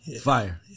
Fire